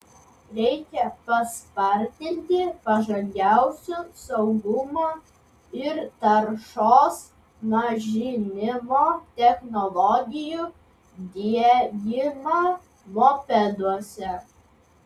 reikia paspartinti pažangiausių saugumo ir taršos mažinimo technologijų diegimą mopeduose